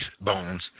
Bones